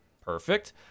perfect